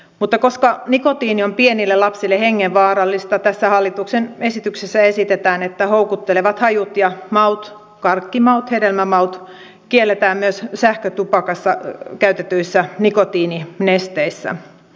mutta koska nikotiini on pienille lapsille hengenvaarallista tässä hallituksen esityksessä esitetään että houkuttelevat hajut ja maut karkkimaut hedelmämaut kielletään myös sähkötupakassa käytetyissä nikotiininesteissä